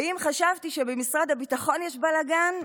ואם חשבתי שבמשרד הביטחון יש בלגן,